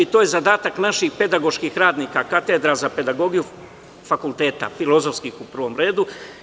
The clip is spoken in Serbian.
To je zadatak naših pedagoških radnika, katedra za pedagogiju fakulteta, filozofskih u prvom redu.